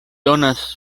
donas